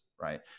right